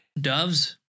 Doves